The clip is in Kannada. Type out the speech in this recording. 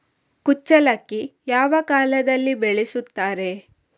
ಕುಚ್ಚಲಕ್ಕಿ ಯಾವ ಕಾಲದಲ್ಲಿ ಬೆಳೆಸುತ್ತಾರೆ?